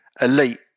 Elite